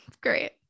Great